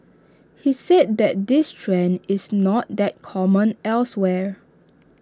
he said that this trend is not that common elsewhere